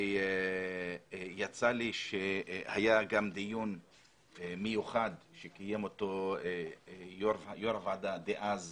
היה גם דיון מיוחד שקיים יושב-ראש הוועדה דאז,